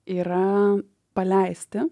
yra paleisti